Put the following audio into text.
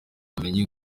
ubumenyi